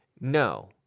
No